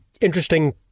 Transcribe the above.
interesting